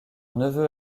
neveu